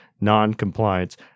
Noncompliance